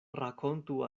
rakontu